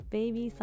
，Baby